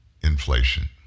inflation